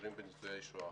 הקשורים בניצולי שואה.